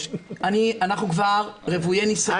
אנחנו מחילים עליהם את ההסדר של תעודת המחלה